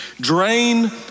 Drain